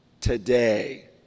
Today